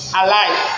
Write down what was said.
alive